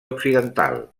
occidental